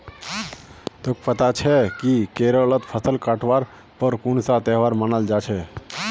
तोक पता छोक कि केरलत फसल काटवार पर कुन्सा त्योहार मनाल जा छे